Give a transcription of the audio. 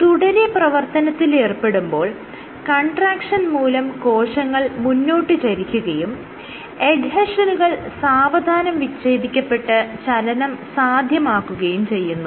തുടരെ പ്രവർത്തനത്തിൽ ഏർപ്പെടുമ്പോൾ കൺട്രാക്ഷൻ മൂലം കോശങ്ങൾ മുന്നോട്ട് ചരിക്കുകയും എഡ്ഹെഷനുകൾ സാവധാനം വിച്ഛേദിക്കപ്പെട്ട് ചലനം സാധ്യമാക്കുകയും ചെയ്യുന്നു